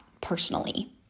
personally